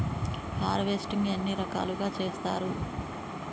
Harvesting ఎన్ని రకాలుగా చేస్తరు?